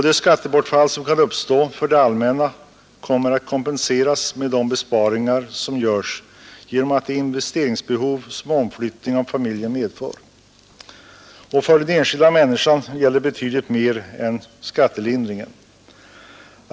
Det skattebortfall som kan uppstå för det allmänna kommer att kompenseras av besparingar till följd av att de investeringar inte behöver göras som omflyttning av familjer medför. För den enskilda människan gäller det betydligt mer än skattelindringen.